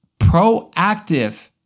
proactive